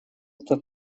это